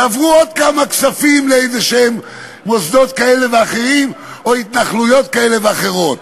יעברו עוד כמה כספים למוסדות כאלה ואחרים או התנחלויות כאלה ואחרות.